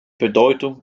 bedeutung